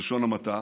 בלשון המעטה,